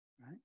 right